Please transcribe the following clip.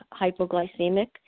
hypoglycemic